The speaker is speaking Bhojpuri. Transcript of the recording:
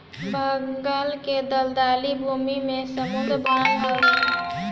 बंगाल ले दलदली भूमि में सुंदर वन हवे